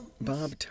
Bob